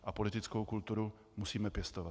A politickou kulturu musíme pěstovat.